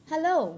Hello